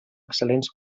excel·lents